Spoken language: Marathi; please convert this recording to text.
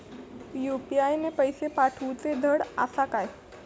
यू.पी.आय ने पैशे पाठवूचे धड आसा काय?